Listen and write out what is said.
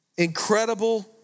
incredible